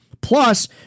Plus